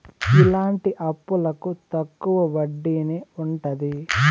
ఇలాంటి అప్పులకు తక్కువ వడ్డీనే ఉంటది